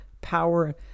power